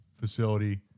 facility